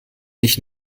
nicht